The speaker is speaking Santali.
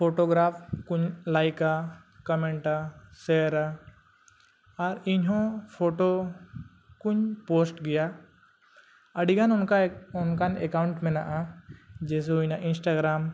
ᱯᱷᱳᱴᱳᱜᱨᱟᱯᱷ ᱠᱚᱧ ᱞᱟᱹᱭᱤᱠᱟ ᱠᱚᱢᱮᱱᱴᱟ ᱥᱮᱭᱟᱨᱟ ᱟᱨ ᱤᱧ ᱦᱚᱸ ᱯᱷᱳᱴᱳ ᱠᱚᱧ ᱯᱳᱥᱴ ᱜᱮᱭᱟ ᱟᱹᱰᱤᱜᱟᱱ ᱚᱱᱠᱟᱱ ᱮᱠᱟᱣᱩᱱᱴ ᱢᱮᱱᱟᱜᱼᱟ ᱡᱮᱥᱮ ᱦᱩᱭᱱᱟ ᱤᱱᱥᱴᱟᱜᱨᱟᱢ